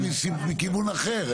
אתם באים מכיוון אחר.